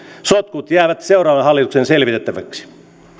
sotkut jäävät seuraavan hallituksen selvitettäviksi